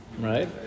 Right